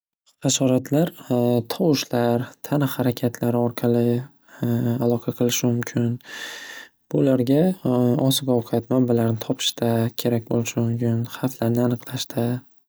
Xashoratlar tovushlar tana harakatlari orqali aloqa qilishi mumkin. Bularga oziq ovqat manbalarini topishda kerak bo‘lishi mumkin xavflarni aniqlashda.